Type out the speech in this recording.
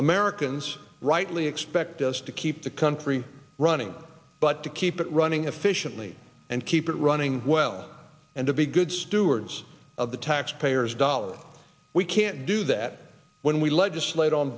americans rightly expect us to keep the country running but to keep it running efficiently and keep it running well and to be good stewards of the taxpayers dollars we can't do that when we legislate on